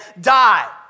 die